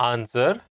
Answer